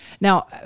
Now